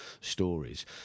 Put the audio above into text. stories